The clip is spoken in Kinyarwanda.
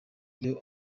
iyo